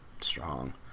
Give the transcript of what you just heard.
strong